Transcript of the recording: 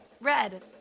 Red